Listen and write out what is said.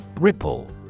Ripple